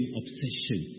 obsession